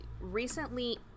recently